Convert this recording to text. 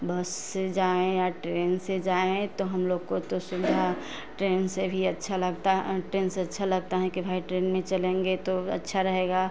बस से जाएँ या ट्रेन से जाएँ तो हम लोग को तो सुविधा ट्रेन से भी अच्छा लगता ट्रेन से अच्छा लगता है कि भाई ट्रेन में चलेंगे तो अच्छा रहेगा